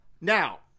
Now